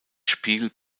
spiel